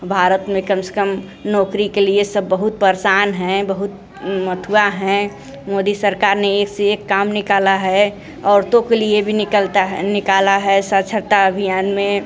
भारत में कम से कम नौकरी के लिए सब बहुत परेशान हैं बहुत मथुआ हैं मोदी सरकार ने एक से एक काम निकाला है औरतों के लिए भी निकलता है निकाला है साक्षरता अभियान में